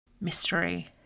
mystery